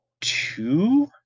two